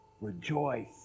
Rejoice